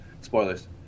Spoilers